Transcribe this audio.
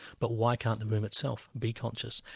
but why can't the room itself be conscious?